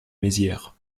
mézières